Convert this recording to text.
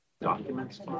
documents